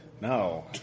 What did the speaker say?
No